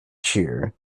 cheered